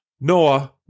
Noah